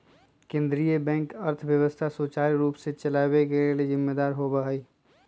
केंद्रीय बैंक अर्थव्यवस्था सुचारू रूप से चलाबे के लेल जिम्मेदार होइ छइ